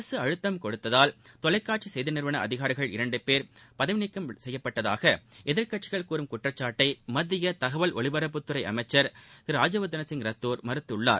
அரசு அழுத்தம் கொடுத்ததால் தொலைக்காட்சி செய்தி நிறுவன அதிகாரிகள் இரண்டு பேர் பதவி விலகிபதாக எதிர்கட்சிகள் கூறும் குற்றசாட்டை மத்திய தகவல் ஒலிபரப்புத்துறை அமைச்சர் திரு ராஜ்யவர்தன் ரத்தோர் மறுத்துள்ளார்